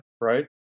right